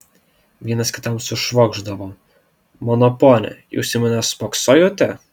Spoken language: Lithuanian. vienas kitam sušvokšdavo mano pone jūs į mane spoksojote